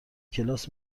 کلاس